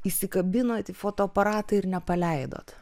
įsikabino į fotoaparatą ir nepaleidot